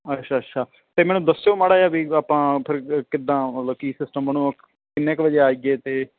ਅੱਛਾ ਅੱਛਾ ਅਤੇ ਮੈਨੂੰ ਦੱਸਿਓ ਮਾੜਾ ਜਿਹਾ ਵੀ ਆਪਾਂ ਫਿਰ ਕਿੱਦਾਂ ਮਤਲਬ ਕੀ ਸਿਸਟਮ ਬਣੂ ਅ ਕਿੰਨੇ ਕੁ ਵਜੇ ਆਈਏ ਅਤੇ